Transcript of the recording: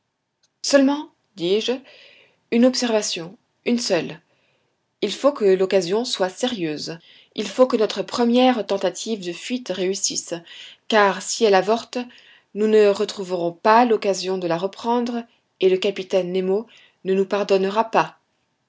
seulement dis-je une observation une seule il faut que l'occasion soit sérieuse il faut que notre première tentative de fuite réussisse car si elle avorte nous ne retrouverons pas l'occasion de la reprendre et le capitaine nemo ne nous pardonnera pas